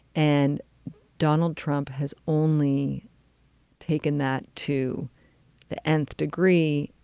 and donald trump has only taken that to the endthe degree.